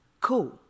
cool